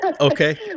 okay